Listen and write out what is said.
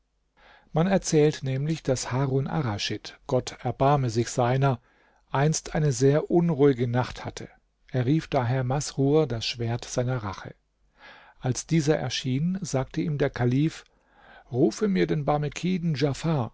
man erzählt nämlich daß harun arraschid gott erbarme sich seiner einst eine sehr unruhige nacht hatte er rief daher masrur das schwert seiner rache als dieser erschien sagte ihm der kalif rufe mir den